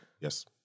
Yes